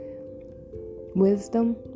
Wisdom